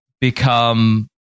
become